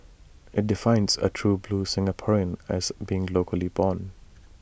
IT defines A true blue Singaporean as being locally born